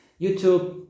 YouTube